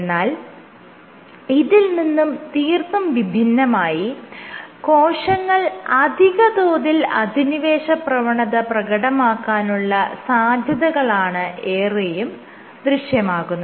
എന്നാൽ ഇതിൽ നിന്നും തീർത്തും വിഭിന്നമായി കോശങ്ങൾ അധിക തോതിൽ അധിനിവേശ പ്രവണത പ്രകടമാക്കാനുള്ള സാധ്യതകളാണ് ഏറെയും ദൃശ്യമാകുന്നത്